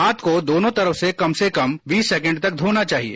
हाथ को दोनों तरफ से कम से कम बीस सेकेण्ड तक धोना चाहिए